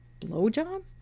Blowjob